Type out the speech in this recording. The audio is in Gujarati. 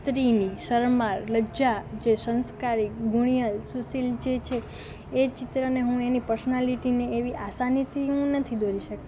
સ્ત્રીની શરમાળ લજ્જા જે સંસ્કારી ગુણીયલ સુશીલ જે છે એ ચિત્રને હું એની પર્સનાલિટીને એવી આસાનીથી હું નથી દોરી શકતી